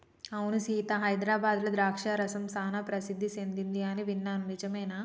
అవును సీత హైదరాబాద్లో ద్రాక్ష రసం సానా ప్రసిద్ధి సెదింది అని విన్నాను నిజమేనా